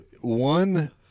one